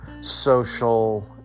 social